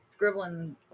scribbling